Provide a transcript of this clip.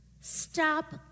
stop